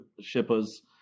shippers